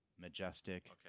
majestic